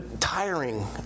tiring